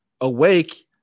awake